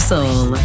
Soul